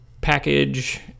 package